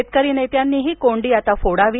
शेतकरी नेत्यांनीही कोंडी आता फोडावी